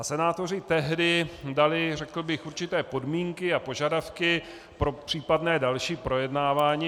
Senátoři tehdy dali určité podmínky a požadavky pro případné další projednávání.